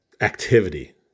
activity